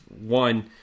one